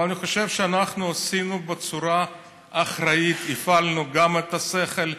אבל אני חושב שאנחנו עשינו בצורה אחראית: הפעלנו גם את השכל,